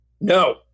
No